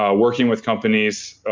ah working with companies,